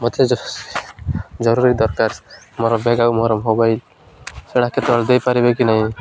ମୋତେ ଜରୁରୀ ଦରକାର ମୋର ବ୍ୟାଗ୍ ଆଉ ମୋର ମୋବାଇଲ୍ ସେଇଟା କେତେବେଳେ ଦେଇପାରିବେ କି ନାହିଁ